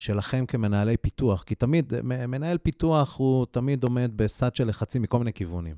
שלכם כמנהלי פיתוח, כי תמיד מנהל פיתוח הוא תמיד עומד בסד של לחצים מכל מיני כיוונים.